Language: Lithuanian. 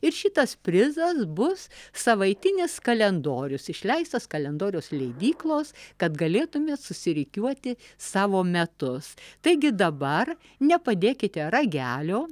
ir šitas prizas bus savaitinis kalendorius išleistas kalendoriaus leidyklos kad galėtumėt susirikiuoti savo metus taigi dabar nepadėkite ragelio